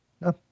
No